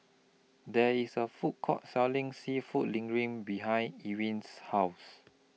There IS A Food Court Selling Seafood Linguine behind Ewin's House